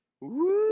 Woo